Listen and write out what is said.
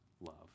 love